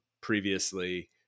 previously